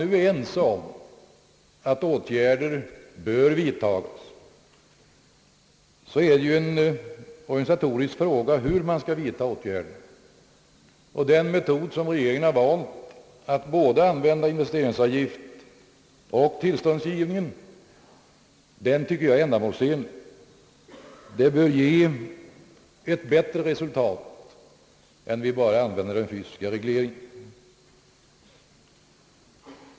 Om vi är ense om att åtgärder bör vidtagas, är det ju sedan en organisatorisk fråga hur dessa åtgärder skall ske. Jag tycker att den metod som regeringen har valt är ändamålsenlig, nämligen att använda både investeringsavgift och tillståndsgivning. Denna metod bör ge ett bättre resultat än om man använder bara den fysiska regleringen.